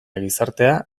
gizartea